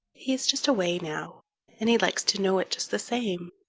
he is just away now and he likes to know it just the same.